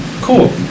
Cool